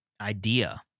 idea